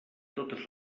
totes